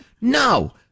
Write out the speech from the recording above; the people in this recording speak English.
No